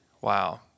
Wow